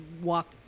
walk